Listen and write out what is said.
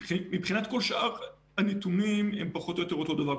מבחינת כל שאר הנתונים הם פחות או יותר אותו הדבר.